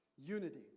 Unity